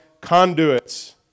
conduits